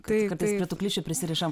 mes kartais prie tų klišių prisirišam